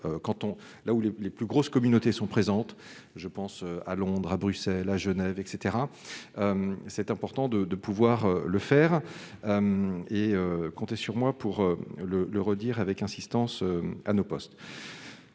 là où les plus grosses communautés françaises sont présentes, que ce soit à Londres, à Bruxelles, ou encore à Genève. C'est important de pouvoir le faire : comptez sur moi pour le redire avec insistance à nos postes